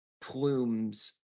plumes